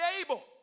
able